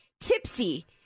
Tipsy